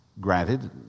Granted